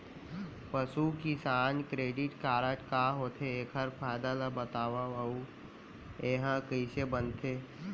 पसु Kisan credit card का होथे, एखर फायदा ला बतावव अऊ एहा कइसे बनथे?